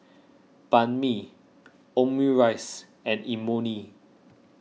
Banh Mi Omurice and Imoni